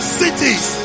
cities